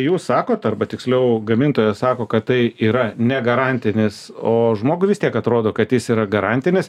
jūs sakot arba tiksliau gamintojas sako kad tai yra negarantinis o žmogui vis tiek atrodo kad jis yra garantinis